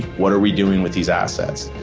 what are we doing with these assets?